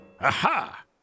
Aha